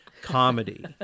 comedy